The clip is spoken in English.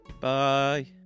Bye